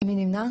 מי נמנע?